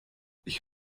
ich